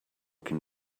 can